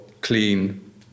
clean